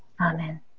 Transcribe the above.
Amen